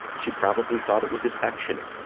she probably thought it was affectionate,